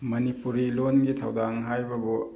ꯃꯅꯤꯄꯨꯔꯤ ꯂꯣꯟꯒꯤ ꯊꯧꯗꯥꯡ ꯍꯥꯏꯕꯕꯨ